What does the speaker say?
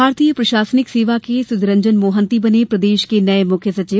भारतीय प्रशासनिक सेवा के सुधिरंजन मोहन्ती बने प्रदेश के नये मुख्य सचिव